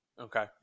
Okay